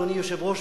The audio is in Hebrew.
אדוני היושב-ראש,